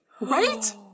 Right